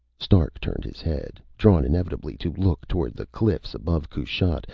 stark turned his head, drawn inevitably to look toward the cliffs above kushat,